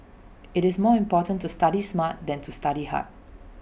IT is more important to study smart than to study hard